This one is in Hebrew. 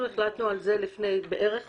אנחנו החלטנו על זה לפני כחודש.